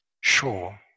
sure